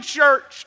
church